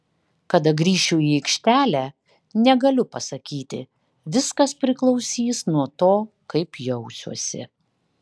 kada grįšiu į aikštelę negaliu pasakyti viskas priklausys nuo to kaip jausiuosi